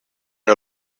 are